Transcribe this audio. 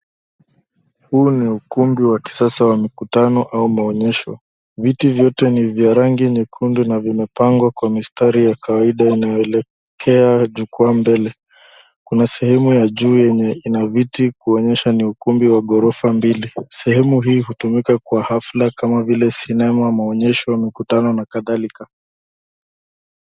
Huu ni ukumbi wa kisasa wa mkutano au maonyesho. Viti vyote ni vya rangi nyekundu na vimepangwa kwa mistari ya kawaida inayoelekea jukwaa mbele. Kuna sehemu juu yenye ina viti kuonyesha ni ukumbi wa ghorofa mbili. Sehemu hii hutumika kwa hafla kama vile sinema, maonyesho mkutano na kadhalika.